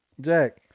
Jack